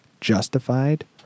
justified